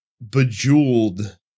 Bejeweled